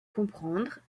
comprendre